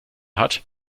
hat